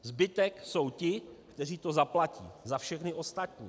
Zbytek jsou ti, kteří to zaplatí za všechny ostatní.